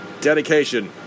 Dedication